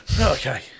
Okay